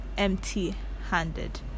empty-handed